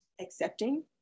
accepting